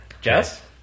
Jess